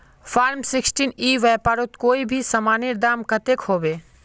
Form sixteen ई व्यापारोत कोई भी सामानेर दाम कतेक होबे?